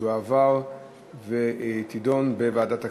תועבר ותידון בוועדת הכספים.